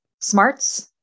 smarts